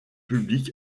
public